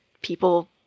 people